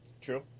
True